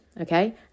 okay